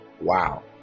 wow